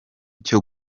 cyo